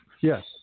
Yes